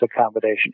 accommodation